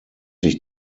ich